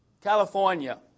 California